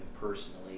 personally